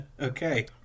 okay